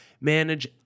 Manage